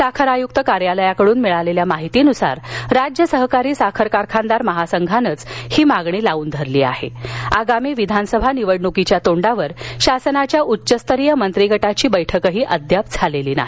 साखर आयुक्त कार्यालयाकडून मिळालेल्या माहितीनुसार राज्य सहकारी साखर कारखानदार महासंघानेच या प्रकारची मागणी लावून धरली असून आगामी विधानसभा निवडणुकीच्या तोंडावर शासनाच्या उच्चस्तरीय मंत्रिगटाची बैठकदेखील अद्याप झालेली नाही